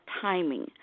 timing